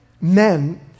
men